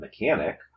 mechanic